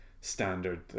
standard